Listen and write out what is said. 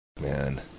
man